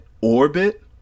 orbit